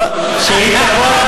לא, זה אתה אומר.